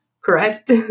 correct